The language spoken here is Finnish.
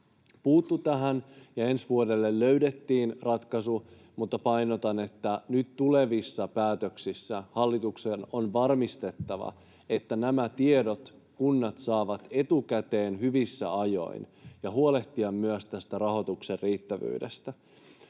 puuttui tähän ja ensi vuodelle löydettiin ratkaisu, mutta painotan, että nyt tulevissa päätöksissä hallituksen on varmistettava, että nämä tiedot kunnat saavat etukäteen hyvissä ajoin, ja huolehdittava myös tästä rahoituksen riittävyydestä.